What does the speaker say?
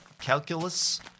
calculus